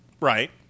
Right